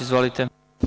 Izvolite.